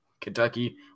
Kentucky